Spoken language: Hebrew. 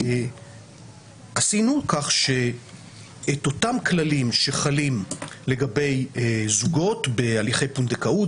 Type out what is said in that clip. עשינו כך שאת אותם כללים שחלים לגבי זוגות בהליכי פונדקאות,